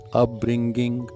upbringing